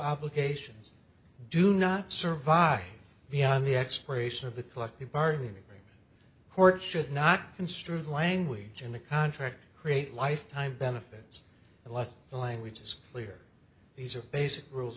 obligations do not survive beyond the expiration of the collective bargaining agreement court should not construe language in the contract create lifetime benefits unless the language is clear these are basic rules